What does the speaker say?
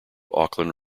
auckland